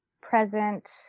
present